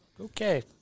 Okay